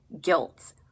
guilt